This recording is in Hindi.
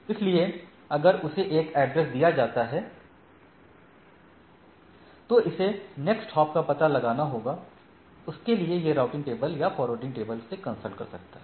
इसलिए अगर उसे एक एड्रेस दिया जाता है तो इसे नेक्स्ट हॉप का पता लगाना होगा उसके लिए यह राउटिंग टेबल या फॉरवार्डिंग टेबल से कंसल्ट कर सकता है